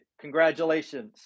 congratulations